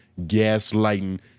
gaslighting